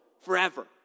forever